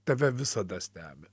tave visada stebi